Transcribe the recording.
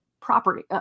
property